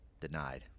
Denied